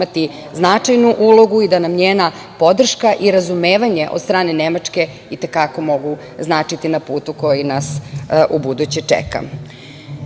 imati značajnu ulogu i da nam njena podrška i razumevanje od strane Nemačke i te kako mogu značiti na putu koji nas čeka. Sledeći